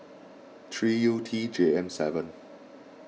three U T J M seven